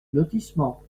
lotissement